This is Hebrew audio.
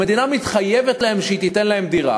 המדינה מתחייבת להם שהיא תיתן להם דירה